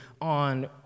on